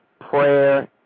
Prayer